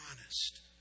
honest